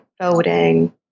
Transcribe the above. voting